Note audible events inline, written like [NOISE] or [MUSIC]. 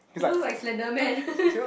he looks like slender man [LAUGHS]